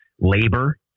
labor